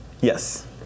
Yes